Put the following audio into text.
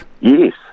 Yes